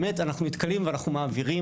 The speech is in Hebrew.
באמת אנחנו נתקלים ואנחנו מעבירים